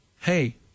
hey